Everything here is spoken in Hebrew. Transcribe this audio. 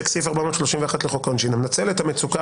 סעיף 431 לחוק העונשין: "המנצל את המצוקה,